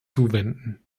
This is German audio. zuwenden